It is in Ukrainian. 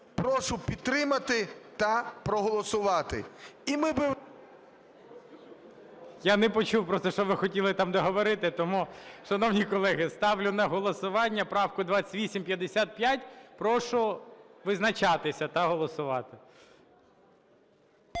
"прошу підтримати та проголосувати"